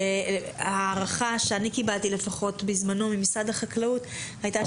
הערכה שאני קיבלתי לפחות בזמנו ממשרד החקלאות הייתה,